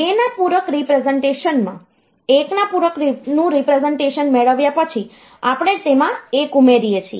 2 ના પૂરક રીપ્રેસનટેશનમાં 1 ના પૂરક નું રીપ્રેસનટેશન મેળવ્યા પછી આપણે તેમાં 1 ઉમેરીએ છીએ